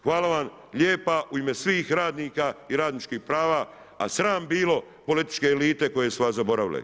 Hvala vam lijepa u ime svih radnika i radničkih prava, a sram bilo političke elite koje su vas zaboravile.